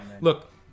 Look